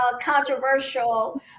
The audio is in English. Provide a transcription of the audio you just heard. controversial